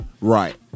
Right